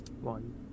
One